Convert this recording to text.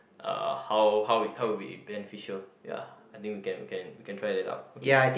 uh how how will how will it be in beneficial ya I think we can we can try it out okay